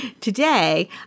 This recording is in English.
Today